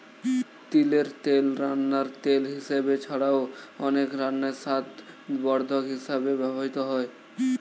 তিলের তেল রান্নার তেল হিসাবে ছাড়াও, অনেক রান্নায় স্বাদবর্ধক হিসাবেও ব্যবহৃত হয়